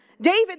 David